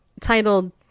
titled